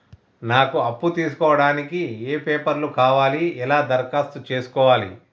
నాకు అప్పు తీసుకోవడానికి ఏ పేపర్లు కావాలి ఎలా దరఖాస్తు చేసుకోవాలి?